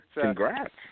Congrats